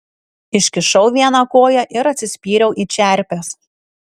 iškišau vieną koją ir atsispyriau į čerpes